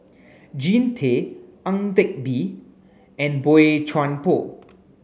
Jean Tay Ang Teck Bee and Boey Chuan Poh